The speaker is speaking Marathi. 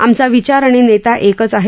आमचा विचार आणि नेता एकच आहे